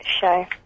show